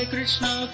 Krishna